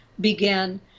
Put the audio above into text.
began